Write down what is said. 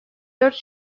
dört